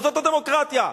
וזאת הדמוקרטיה.